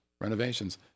renovations